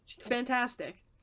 fantastic